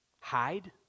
Hide